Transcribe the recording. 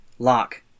Lock